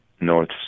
North